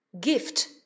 gift